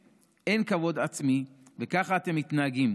אין לכם כבוד עצמי, וככה אתם מתנהגים.